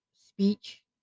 speech